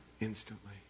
Instantly